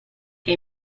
che